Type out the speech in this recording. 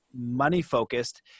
money-focused